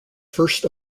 first